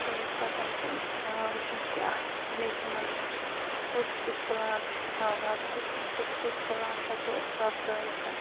تَمہِ پَتہٕ چھُ أمِس پٮ۪وان وُچھُن کہِ اَتھ میٚژِ منٛز کُس کُس پُلانٛٹ چھُ ہٮ۪کان وۄپدِتھ کُس کُس پُلانٛٹ ہٮ۪کو أسۍ وۄپدٲوِتھ